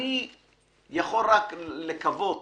אני יכול רק לקוות